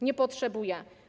Nie potrzebuje.